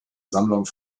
sammlung